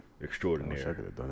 Extraordinary